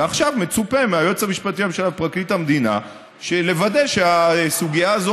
ועכשיו מצופה מהיועץ המשפטי לממשלה ומפרקליט המדינה לוודא שהסוגיה הזאת